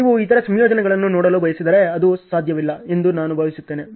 ನೀವು ಇತರ ಸಂಯೋಜನೆಗಳನ್ನು ನೋಡಲು ಬಯಸಿದರೆ ಅದು ಸಾಧ್ಯವಿಲ್ಲ ಎಂದು ನಾನು ಭಾವಿಸುತ್ತೇನೆ